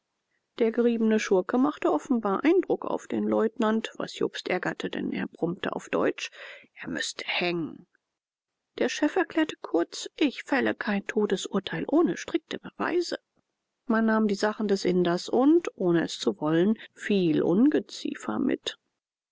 der geriebene schurke machte offenbar eindruck auf den leutnant was jobst ärgerte denn er brummte auf deutsch er müßte hängen der chef erklärte kurz ich fälle kein todesurteil ohne strikte beweise man nahm die sachen des inders und ohne es zu wollen viel ungeziefer mit